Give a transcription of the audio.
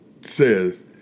says